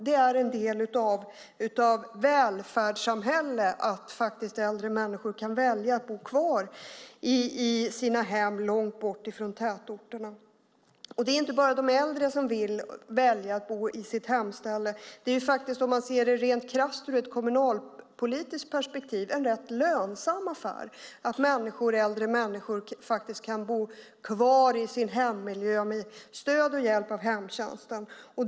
Det är en del av välfärdssamhället att äldre människor ska kunna välja att bo kvar i sina hem långt bort från tätorterna. Och det är inte bara de äldre som vill kunna välja att bo i sin hemmiljö. Om man ser det krasst ur ett kommunalpolitiskt perspektiv är det en rätt lönsam affär att äldre människor kan bo kvar i sin hemmiljö med stöd och hjälp av hemtjänsten.